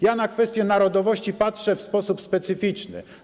Ja na kwestię narodowości patrzę w sposób specyficzny.